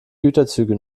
güterzüge